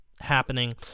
happening